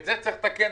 את זה צריך לתקן.